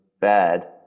bad